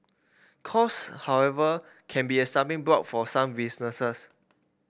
cost however can be a stumbling block for some businesses